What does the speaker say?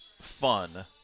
fun